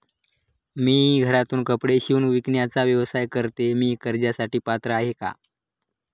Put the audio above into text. मी घरातूनच कपडे शिवून विकण्याचा व्यवसाय करते, मी कर्जासाठी पात्र आहे का?